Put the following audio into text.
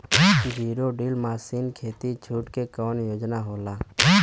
Zero till machine खाती छूट के कवन योजना होला?